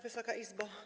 Wysoka Izbo!